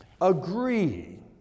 agree